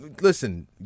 listen